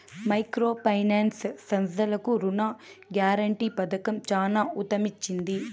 micro finance సంస్థలకు రుణ guarantee పథకం చానా ఊతమిచ్చింది